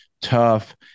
tough